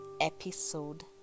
episode